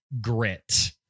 Grit